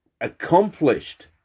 accomplished